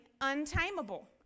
untamable